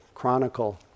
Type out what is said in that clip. Chronicle